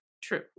True